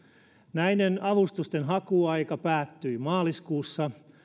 näiden avustusten hakuaika päättyi maaliskuussa